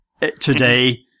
today